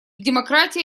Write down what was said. демократии